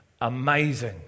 Amazing